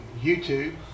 YouTube